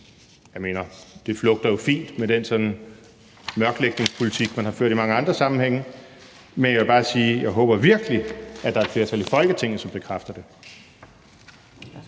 Jeg mener: Det flugter jo fint med den mørklægningspolitik, man har ført i mange andre sammenhænge. Men jeg vil bare sige, at jeg håber virkelig, at der er et flertal i Folketinget, som bekræfter det. Kl.